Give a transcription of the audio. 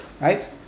right